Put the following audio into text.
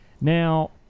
Now